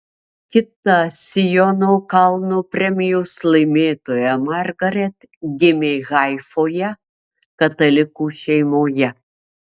kita siono kalno premijos laimėtoja margaret gimė haifoje katalikų šeimoje